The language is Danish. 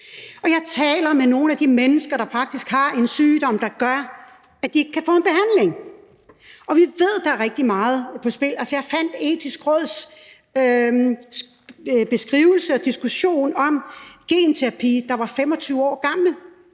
Jeg taler med nogle af de mennesker, der faktisk har en sygdom, der gør, at de ikke kan få en behandling. Og vi ved, at der er rigtig meget på spil. Altså, jeg fandt Det Etiske Råds 25 år gamle beskrivelse og diskussion af genterapi, og der sagde